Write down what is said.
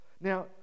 now